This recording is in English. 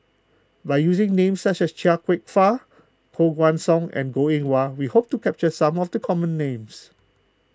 by using names such as Chia Kwek Fah Koh Guan Song and Goh Eng Wah we hope to capture some of the common names